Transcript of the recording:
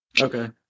Okay